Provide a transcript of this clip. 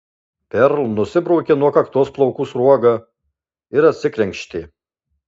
perl nusibraukė nuo kaktos plaukų sruogą ir atsikrenkštė